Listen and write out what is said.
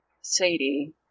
Sadie